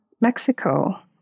Mexico